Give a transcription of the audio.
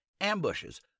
ambushes